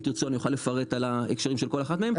אם תרצה אני אוכל לפרט על ההקשרים של כל אחת מהן.